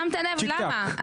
שמת לב, למה?